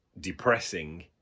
depressing